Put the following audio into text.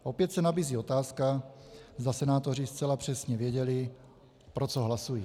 Opět se nabízí otázka, zda senátoři zcela přesně věděli, pro co hlasují.